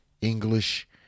English